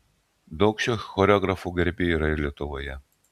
daug šio choreografo gerbėjų yra ir lietuvoje